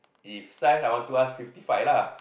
the size I want to ask fifty five lah